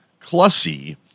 clussy